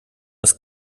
ist